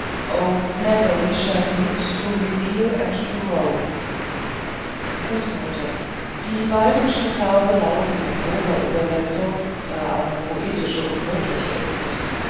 die byronschen verse lauten in prosaübersetzung da eine poetische unmöglich ist